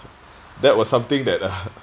that was something that uh